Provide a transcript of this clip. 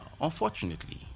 Unfortunately